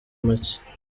make